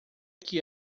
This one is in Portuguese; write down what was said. que